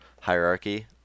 hierarchy